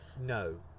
No